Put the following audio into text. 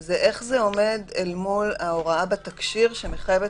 זה איך זה עומד אל מול ההוראה בתקשי"ר שמחייבת